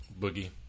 Boogie